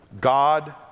God